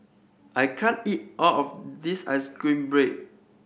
I can't eat all of this ice cream bread